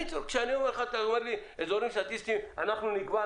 כשאני שואל על אזורים סטטיסטיים ואתה אומר "אנחנו נקבע,